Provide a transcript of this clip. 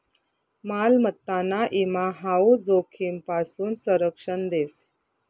मालमत्ताना ईमा हाऊ जोखीमपासून संरक्षण देस